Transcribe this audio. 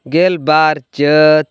ᱜᱮᱞᱵᱟᱨ ᱪᱟᱹᱛ